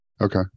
Okay